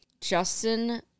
Justin